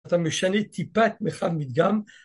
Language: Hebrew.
אתה משנה טיפה את מרחב המדגם